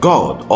God